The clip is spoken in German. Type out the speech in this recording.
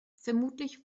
vermutlich